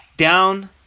Down